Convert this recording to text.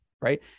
right